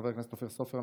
חבר הכנסת אופיר סופר,